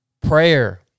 Prayer